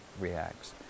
reacts